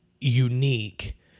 unique